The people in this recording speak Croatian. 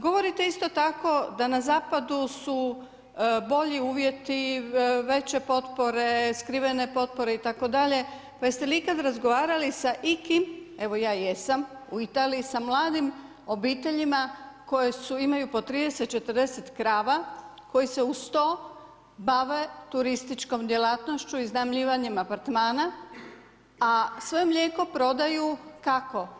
Govorite isto tako da su na zapadu bolji uvjeti, veće potpore, skrivene potpore itd., pa jeste li ikada razgovarali sa ikim, evo ja jesam u Italiji sa mladim obiteljima koje imaju po 30-40 krava, koji se uz to bave turističkom djelatnošću iznajmljivanjem apartmana, a svoje mlijeko prodaju kako?